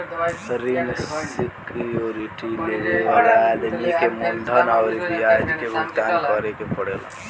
ऋण सिक्योरिटी लेबे वाला आदमी के मूलधन अउरी ब्याज के भुगतान करे के पड़ेला